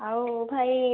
ଆଉ ଭାଇ